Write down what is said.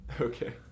Okay